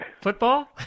Football